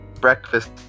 Breakfast